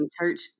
church